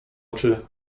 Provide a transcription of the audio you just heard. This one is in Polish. oczy